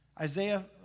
Isaiah